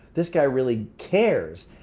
this guy really cares.